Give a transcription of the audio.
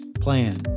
plan